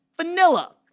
vanilla